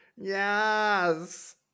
Yes